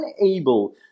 unable